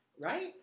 right